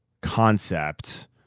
concept